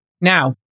Now